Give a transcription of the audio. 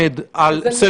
האינטרס הציבורי אז לא חייב?